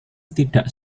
tidak